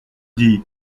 dit